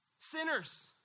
Sinners